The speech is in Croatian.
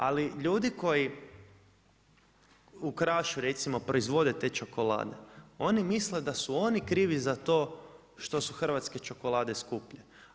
Ali ljudi koji u Krašu recimo proizvode te čokolade, oni misle da su oni krivi za to što su hrvatske čokolade skuplje.